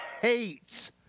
hates